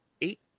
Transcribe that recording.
eight